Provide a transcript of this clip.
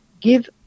give